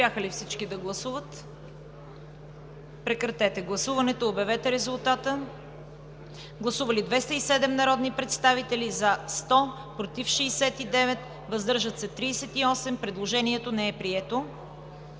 Прекратете гласуването и обявете резултата. Гласували 212 народни представители: за 177, против 1, въздържали се 34. Предложението е прието.